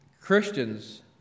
Christians